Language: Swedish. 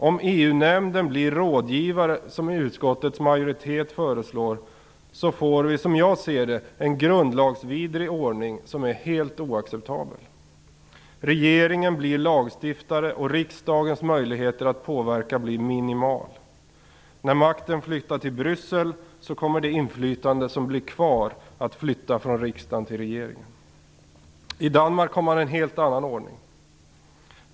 Om EU-nämnden blir rådgivare, som utskottets majoritet föreslår, får vi - som jag ser det - en grundlagsvidrig ordning som är helt oacceptabel. Regeringen blir lagstiftare, och riksdagens möjligheter att påverka blir minimala. När makten flyttar till Bryssel kommer det inflytande som blir kvar att flytta från riksdagen till regeringen. I Danmark har man en helt annan ordning.